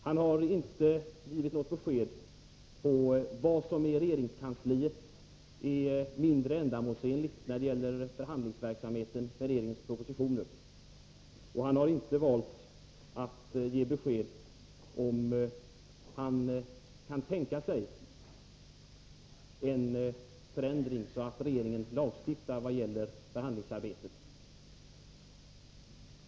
Han har inte givit något besked om vad som i regeringskansliet är mindre ändamålsenligt i fråga om förhandlingsverksamhet när det gäller regeringens propositioner, och han har valt att inte ge besked om han kan tänka sig en förändring, så att regeringen föreslår lagstiftning vad gäller förhandlingsarbetet.